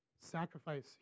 Sacrifice